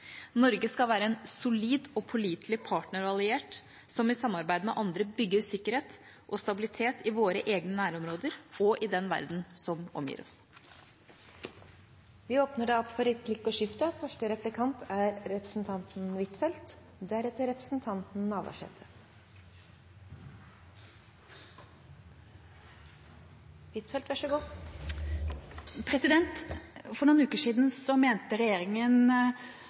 Norge skal være en solid og pålitelig partner og alliert, som i samarbeid med andre bygger sikkerhet og stabilitet i våre egne nærområder og i den verdenen som omgir oss. Det blir replikkordskifte. For noen uker siden mente regjeringa at det var viktig at Norge bidrar humanitært og ikke militært til å løse konfliktene i Syria og Irak. Så